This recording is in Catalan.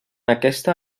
aquesta